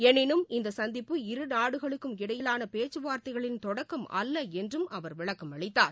எனினும் இந்த சுந்திப்பு இரு நாடுகளுக்கும் இடையிலான பேச்சு வார்த்தைகளின் தொடக்கம் அல்ல என்றும் அவர் விளக்கமளித்தார்